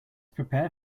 prepare